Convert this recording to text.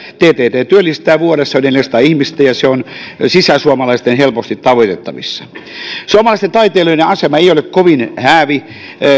ttt työllistää vuodessa yli neljäsataa ihmistä ja se on sisäsuomalaisten helposti tavoitettavissa suomalaisten taiteilijoiden asema ei ole kovin häävi